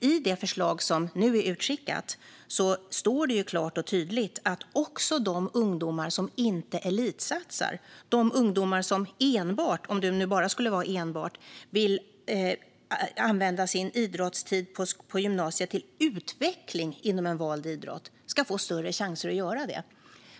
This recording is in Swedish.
I det utskickade förslaget står det klart och tydligt att också de ungdomar som inte elitsatsar, de ungdomar som enbart - om det nu skulle vara enbart - vill använda sin idrottstid på gymnasiet till utveckling inom en vald idrott ska få större chanser att göra det.